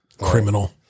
Criminal